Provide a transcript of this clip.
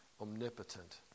omnipotent